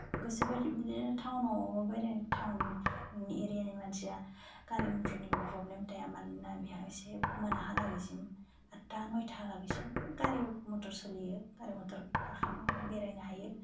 गोसो बायदि बिदिनो थाउनाव बेरायनो थाउन एरियानि मानसिया गारि मथरनिबो प्रब्लेम थाया मानोना बिहाय इसे मोनाहालागैसिम आदथा नयथा बिसिम गारि मथर सोलियो गारि मथर गाखोना बेरायनो हायो